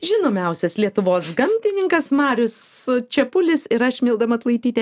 žinomiausias lietuvos gamtininkas marius čepulis ir aš milda matulaitytė